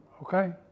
Okay